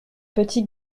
petit